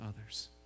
others